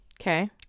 okay